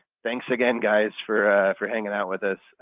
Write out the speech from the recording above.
thanks again guys for for hanging out with us.